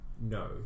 No